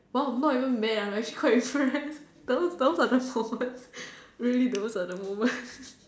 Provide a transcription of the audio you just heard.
!wow! I'm not even mad I'm actually quite impressed those those are the moments really those are the moment